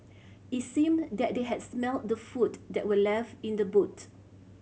it seemed that they had smelt the food that were left in the boot